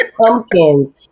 pumpkins